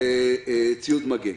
ציוד מגן.